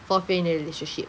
fourth year in the relationship